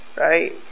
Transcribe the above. right